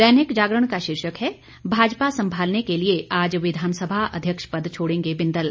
दैनिक जागरण का शीर्षक है भाजपा संभालने के लिए आज विधानसभा अध्यक्ष पद छोड़ेंगे बिंदल